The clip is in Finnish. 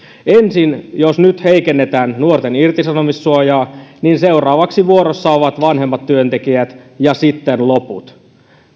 jos nyt ensin heikennetään nuorten irtisanomissuojaa niin seuraavaksi vuorossa ovat vanhemmat työntekijät ja sitten loput